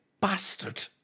bastard